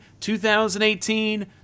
2018